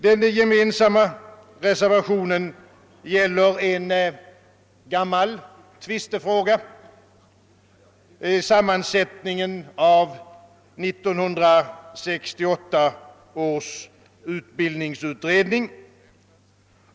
Den gemensamma reservationen gäller en gammal tvistefråga: sammansättningen av 1968 års utbildningsutredning.